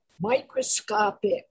microscopic